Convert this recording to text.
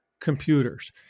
Computers